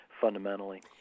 fundamentally